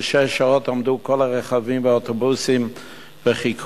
שש שעות עמדו כל הרכבים והאוטובוסים וחיכו